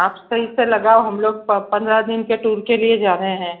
आप सही से लगाओ हम लोग पंद्रह दिन के टूर के लिए जा रहे हैं